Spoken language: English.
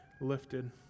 lifted